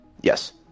Yes